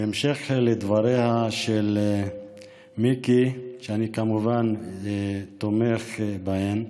בהמשך לדבריה של מיקי, שאני כמובן תומך בהם,